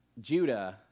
Judah